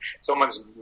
Someone's